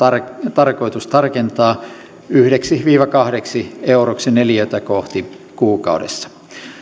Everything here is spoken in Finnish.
tarkoitus tarkentaa yhdeksi viiva kahdeksi euroksi neliötä kohti kuukaudessa